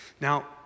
Now